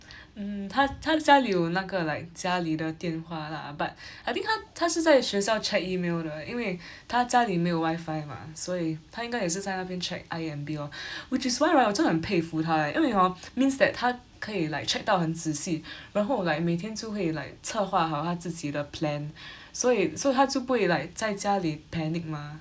mm 她她家里有那个 like 家里的电话啦 but I think 她她是在学校 check e-mail 的因为 她家里没有 Wi-Fi mah 所以她应该也是在那里 check I_M_B lor which is why right 我真的很佩服她 eh 因为 hor means that 她可以 like check 到很仔细 然后 like 每天就会 like 策划好她自己的 plan 所以 so 她就不会 like 在家里 panic mah